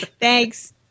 Thanks